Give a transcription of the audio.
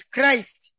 Christ